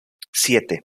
siete